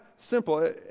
simple